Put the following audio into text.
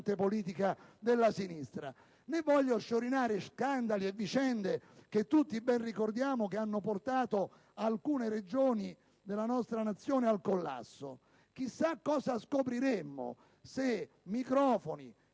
politica della sinistra. Né voglio sciorinare scandali e vicende che - come tutti ben ricordiamo - hanno portato alcune Regioni della nostra Nazione al collasso. Chissà cosa scopriremmo se microfoni